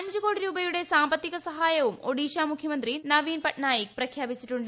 അഞ്ച് കോടി രൂപയുടെ സാമ്പത്തിക് സഹായവും ഒഡീഷ മുഖ്യമന്ത്രി നവീൻ പട്നായിക് പ്രഖ്യാപ്പിച്ചിട്ടുണ്ട്